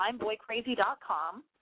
I'mBoyCrazy.com